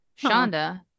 Shonda